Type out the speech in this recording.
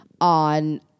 on